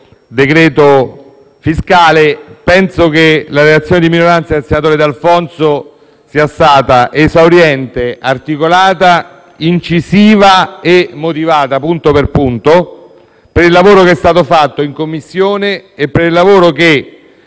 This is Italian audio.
in esame, penso che la relazione di minoranza del senatore d'Alfonso sia stata esauriente, articolata, incisiva e motivata punto per punto, per il lavoro che è stato fatto in Commissione. Il Partito